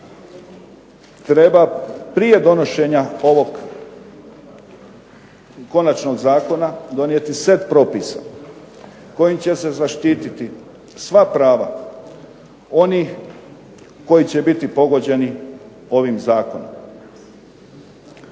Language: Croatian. treba prije donošenja ovog konačnog zakona donijeti set propisa kojim će se zaštititi sva prava onih koji će biti pogođeni ovim zakonom.